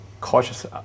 cautious